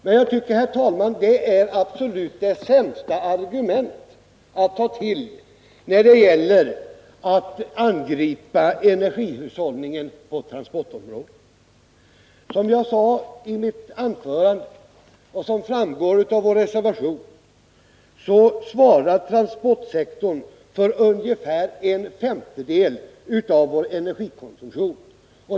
Men jag tycker, herr talman, att det är det absolut sämsta argument som man kan ta till när det gäller att angripa energihushållningen på transportområdet. Som jag sade i mitt anförande — och som framgår av vår reservation — svarar transportsektorn för ungefär en femtedel av vår energikonsumtion.